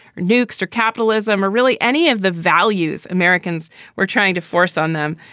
nukes or capitalism or really any of the values americans were trying to force on them.